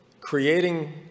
creating